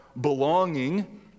belonging